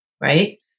Right